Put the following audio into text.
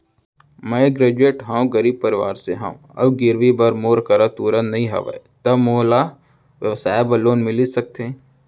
मैं ग्रेजुएट हव अऊ गरीब परवार से हव अऊ गिरवी बर मोर करा तुरंत नहीं हवय त मोला व्यवसाय बर लोन मिलिस सकथे?